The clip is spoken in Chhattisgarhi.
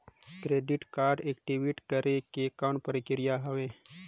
क्रेडिट कारड एक्टिव करे के कौन प्रक्रिया हवे?